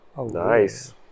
nice